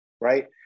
right